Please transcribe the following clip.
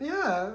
ya